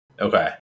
Okay